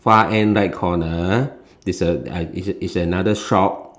far end right corner is a uh is another shop